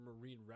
marine